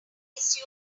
issue